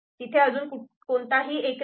तिथे अजून कोणताही एक नाही